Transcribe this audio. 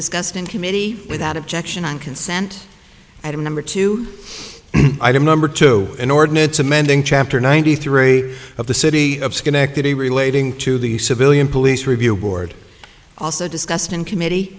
discussed in committee without objection on consent and number two item number two in ordinance amending chapter ninety three of the city of schenectady relating to the civilian police review board also discussed in committee